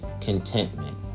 contentment